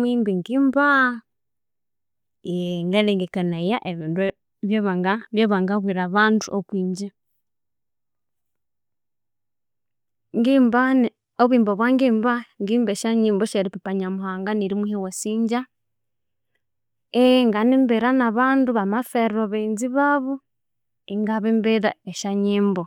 mwimbi ngimba ngalhengekanaya ebindu ebyabangabwira abandu okwingye. Ngimbane obwimbo obwa ngimba ngimba esya nyimbo sya nyamuhanga nerimuha ne wasingya nganimbira na bandu bamaferwa abaghenzi babu ingabimbira esyanyimbo.